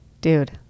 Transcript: dude